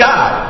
God